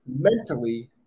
mentally